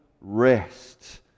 rest